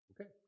Okay